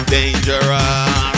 Dangerous